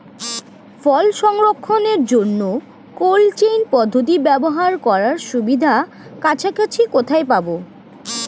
ফল সংরক্ষণের জন্য cold chain পদ্ধতি ব্যবহার করার সুবিধা কাছাকাছি কোথায় পাবো?